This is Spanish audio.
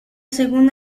según